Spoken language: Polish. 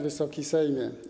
Wysoki Sejmie!